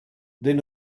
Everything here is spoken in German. den